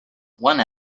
one